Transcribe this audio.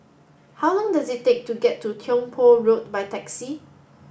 how long does it take to get to Tiong Poh Road by taxi